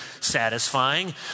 satisfying